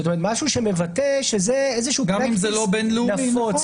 זאת אומרת משהו שמבטא שזה פרקטיס נפוץ,